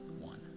One